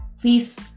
please